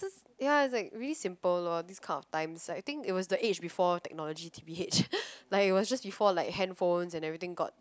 ya it's like really simple loh this kind of times like I think it was the age before technology t_b_h like is was just before like handphones and everything got